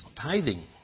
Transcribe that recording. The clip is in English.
tithing